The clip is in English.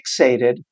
fixated